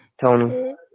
Tony